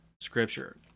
scripture